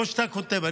או שאתה כותב.